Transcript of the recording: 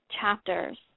chapters